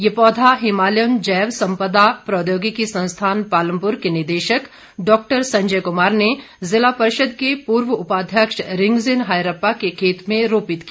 ये पौधा हिमालय जैव संपदा प्रौद्योगिकी संस्थान पालमपुर के निदेशक डॉक्टर संजय कुमार ने ज़िला परिषद के पूर्व उपाध्यक्ष रिगजिन हायरप्पा के खेत में रोपित किया